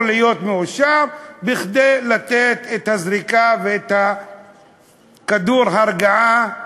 להיות מאושרת כדי לתת את הזריקה ואת כדור ההרגעה.